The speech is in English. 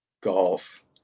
golf